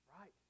Right